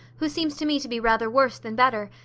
who seems to me to be rather worse than better,